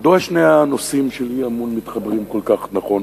מדוע שני הנושאים של האי-אמון מתחברים כל כך נכון